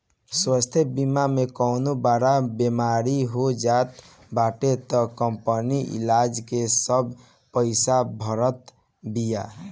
स्वास्थ्य बीमा में कवनो बड़ बेमारी हो जात बाटे तअ कंपनी इलाज के सब पईसा भारत बिया